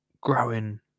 growing